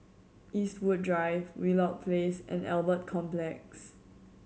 Eastwood Drive Wheelock Place and Albert Complex